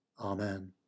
Amen